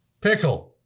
Pickle